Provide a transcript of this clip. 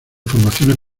formaciones